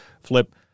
flip